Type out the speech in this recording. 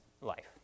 life